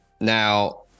now